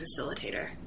facilitator